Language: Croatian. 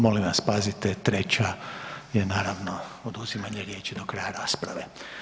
Molim vas pazite treća je naravno oduzimanje riječi do kraja rasprave.